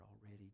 already